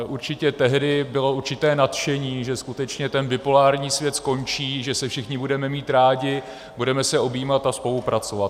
Určitě tehdy bylo určité nadšení, že skutečně ten bipolární svět skončí, že se všichni budeme mít rádi, budeme se objímat a spolupracovat.